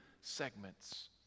segments